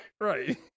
Right